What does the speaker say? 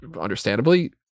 understandably